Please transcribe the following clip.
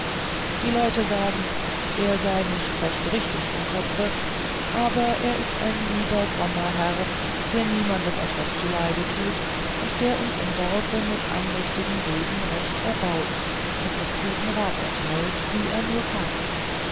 die leute sagen er sei nicht recht richtig im kopfe aber er ist ein lieber frommer herr der niemanden etwas zuleide tut und der uns im dorfe mit andächtigen reden recht erbaut und uns guten rat erteilt wie er nur kann